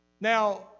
Now